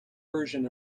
persian